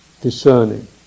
discerning